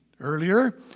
earlier